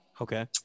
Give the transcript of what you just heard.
Okay